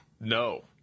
No